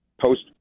post